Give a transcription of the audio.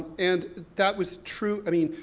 and that was true, i mean,